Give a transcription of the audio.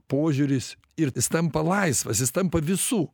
požiūris ir jis tampa laisvas jis tampa visų